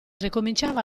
ricominciava